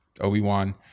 obi-wan